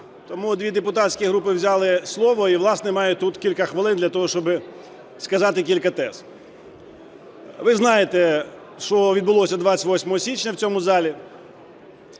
Тому дві депутатські групи взяли слово, і, власне, маю тут кілька хвилин для того, щоб сказати кілька тез. Ви знаєте, що відбулося 28 січня в цьому залі: